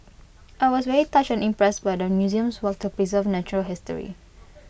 I was very touched and impressed by the museum's work to preserve natural history